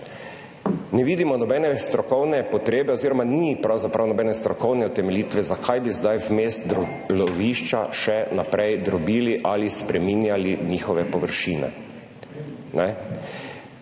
Ne vidimo nobene strokovne potrebe oziroma ni pravzaprav nobene strokovne utemeljitve, zakaj bi zdaj vmes lovišča še naprej drobili ali spreminjali njihove površine.